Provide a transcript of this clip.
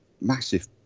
massive